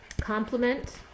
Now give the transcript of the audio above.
complement